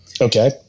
Okay